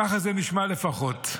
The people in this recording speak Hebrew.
ככה זה נשמע לפחות.